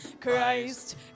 Christ